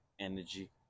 energy